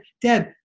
deb